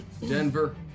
Denver